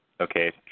Okay